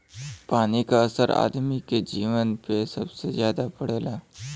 पानी क असर आदमी के जीवन पे सबसे जादा पड़ला